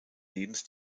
lebens